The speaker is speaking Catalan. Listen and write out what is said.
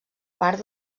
part